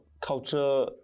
culture